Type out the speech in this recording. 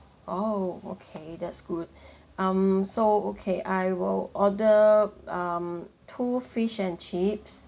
oh okay that's good um so okay I will order um two fish and chips